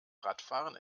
radfahren